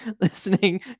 listening